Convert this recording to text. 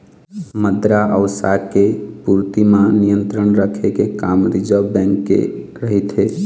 मद्रा अउ शाख के पूरति म नियंत्रन रखे के काम रिर्जव बेंक के रहिथे